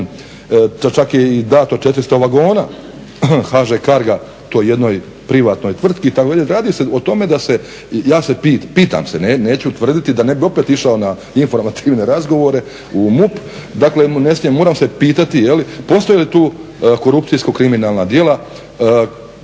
čak je i dato 400 vagona HŽ Carga toj jednoj privatnoj tvrtki. Radi se o tome da se, ja se, pitam se, neću tvrditi da ne bih opet išao na informativne razgovore u MUP. Dakle, ne smijem, moram se pitati postoje li tu korupcijsko-kriminalna djela